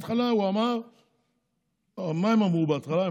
מה הם אמרו בהתחלה?